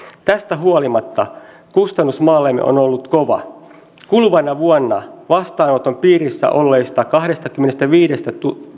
tästä huolimatta kustannus maallemme on ollut kova kuluvana vuonna vastaanoton piirissä olleista kahdestakymmenestäviidestätuhannesta